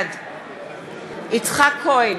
בעד יצחק כהן,